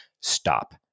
stop